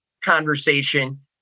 conversation